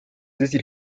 decir